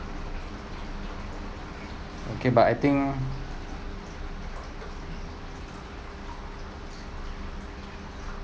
okay but I think